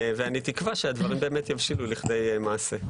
אני תקווה שהדברים באמת יבשילו לכדי מעשה.